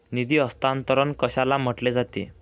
निधी हस्तांतरण कशाला म्हटले जाते?